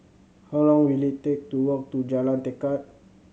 how long will it take to walk to Jalan Tekad